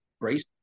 brace